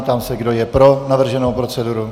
Ptám se, kdo je pro navrženou proceduru.